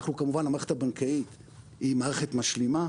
כמובן המערכת הבנקאית היא מערכת משלימה,